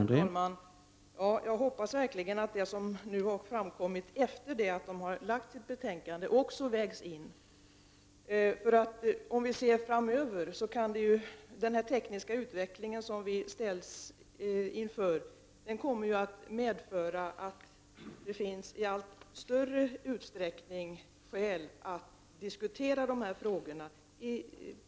Herr talman! Jag hoppas verkligen att också det som framkommit efter det att utredningen framlagt sitt betänkande vägs in. Den tekniska utveckling som vi ställs inför framöver kommer att medföra att det finns skäl att i allt större utsträckning diskutera de här frågorna.